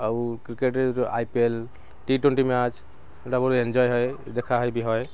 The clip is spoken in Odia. ଆଉ କ୍ରିକେଟ୍ରେ I P L T twenty match ବହୁତ ଏନଜଏ୍ ହୁଏ ଦେଖା ହେଇ ବି ହୁଏ